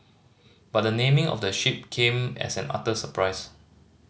but the naming of the ship came as an utter surprise